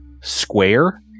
square